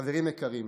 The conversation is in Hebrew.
חברים יקרים,